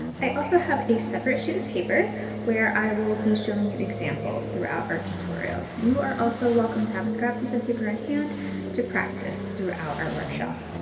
i also have a separate sheet of paper where i will be showing you examples throughout our tutorial. you are also welcome to have a scrap piece of paper on hand to practice throughout our workshop.